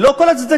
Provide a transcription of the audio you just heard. ללא כל הצדקה,